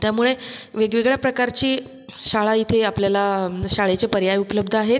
त्यामुळे वेगवेगळ्या प्रकारची शाळा इथे आपल्याला शाळेचे पर्याय उपलब्ध आहेत